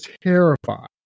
terrified